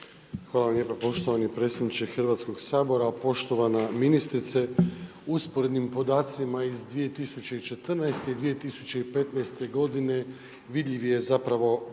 Hvala lijepo poštovani predsjedniče Hrvatskog sabora, poštovana ministrice. Usporednim podacima iz 2014. i 2015. vidljiv je zapravo